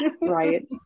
right